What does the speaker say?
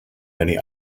many